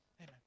Amen